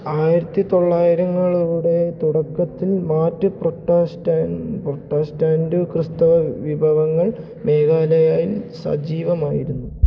ആയിരത്തി തൊള്ളായിരങ്ങളുടെ തുടക്കത്തിൽ മാറ്റ് പ്രോട്ടസ്റ്റൻറ്റ് ക്രിസ്തവ വിഭവങ്ങൾ മേഘാലയയിൽ സജീവമായിരുന്നു